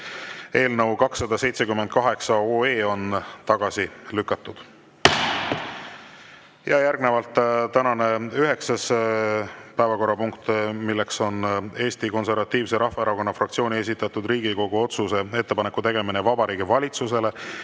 Eelnõu 278 on tagasi lükatud. Järgnevalt tänane üheksas päevakorrapunkt, milleks on Eesti Konservatiivse Rahvaerakonna fraktsiooni esitatud Riigikogu otsuse "Ettepaneku tegemine Vabariigi Valitsusele